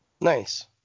Nice